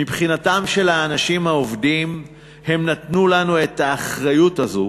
מבחינת האנשים העובדים הם נתנו לנו את האחריות הזאת